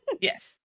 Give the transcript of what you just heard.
Yes